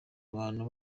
abantu